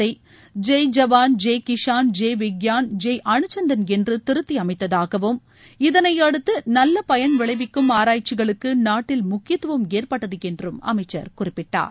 ஜெய் ஜவான் ஜெய் கிஷான் ஜெய் விக்யான் ஜெய் அனுசந்தன் என்று திருத்தி அமைத்ததாகவும் இதனை அடுத்து நல்ல பயன் விளைவிக்கும் ஆராய்ச்சிகளுக்கு நாட்டில் முக்கியத்துவம் ஏற்பட்டது என்றும் அமைச்சர் குறிப்பிட்டார்